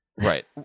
Right